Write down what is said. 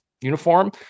uniform